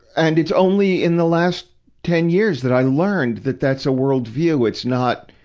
and it's only in the last ten years that i learned that that's a world view it's not,